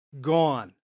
gone